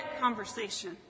conversation